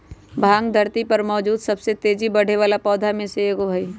भांग धरती पर मौजूद सबसे तेजी से बढ़ेवाला पौधा में से एगो हई